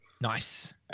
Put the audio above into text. Nice